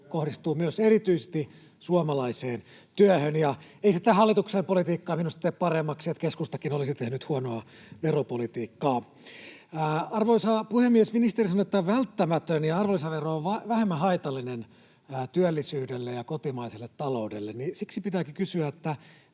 kohdistuu myös erityisesti suomalaiseen työhön, ja sitä hallituksen politiikkaa ei minusta tee paremmaksi se, että keskustakin olisi tehnyt huonoa veropolitiikkaa. Arvoisa puhemies! Ministeri sanoi, että tämä on välttämätön ja arvonlisäverotus on vähemmän haitallinen työllisyydelle ja kotimaiselle taloudelle. Siksi pitääkin kysyä,